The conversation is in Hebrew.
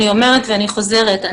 אני אומרת ואני חוזרת,